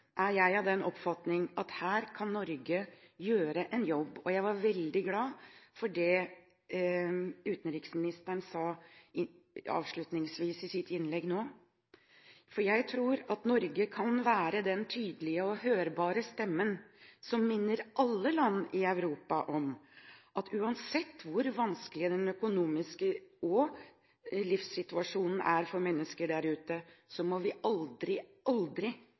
er jeg av den oppfatning at her kan Norge gjøre en jobb. Jeg ble veldig glad for det utenriksministeren sa avslutningsvis i sitt innlegg nå. Jeg tror at Norge kan være den tydelige og hørbare stemmen som minner alle land i Europa om at uansett hvor vanskelig den økonomiske situasjonen og livssituasjonen er for mennesker der ute, må vi aldri, aldri